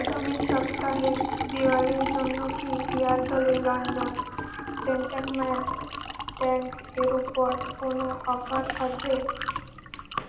আগামী সপ্তাহে দওয়ালির জন্য কি ইয়ারডলের লন্ডন জেন্টেলম্যান ট্যাঙ্ক এর উপর কোনো অফার থাকবে